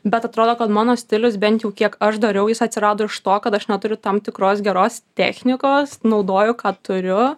bet atrodo kad mano stilius bent jau kiek aš dariau jis atsirado iš to kad aš neturiu tam tikros geros technikos naudoju ką turiu